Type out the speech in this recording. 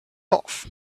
off